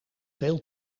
veel